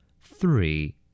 Three